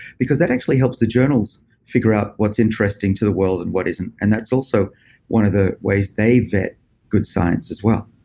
because that actually helps the journals figure out what's interesting to the world and what isn't. and that's also one of the ways they vet good science as well